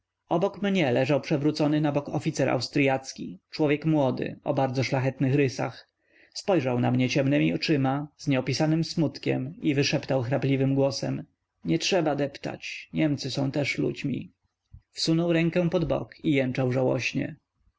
obok mnie leżał przewrócony na bok oficer austryacki człowiek młody o bardzo szlachetnych rysach spojrzał na mnie ciemnemi oczyma z nieopisamym smutkiem i wyszeptał chrapliwym głosem nie trzeba deptać niemcy są też ludźmi wsunął rękę pod bok